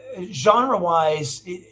genre-wise